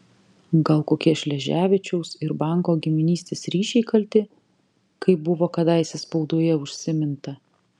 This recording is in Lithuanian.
gal kokie šleževičiaus ir banko giminystės ryšiai kalti kaip buvo kadaise spaudoje užsiminta